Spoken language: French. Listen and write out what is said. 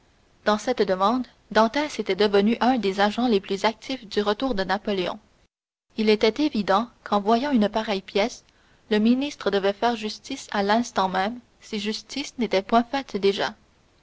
dans cette demande dantès était devenu un des agents les plus actifs du retour de napoléon il était évident qu'en voyant une pareille pièce le ministre devait faire justice à l'instant même si justice n'était point faite déjà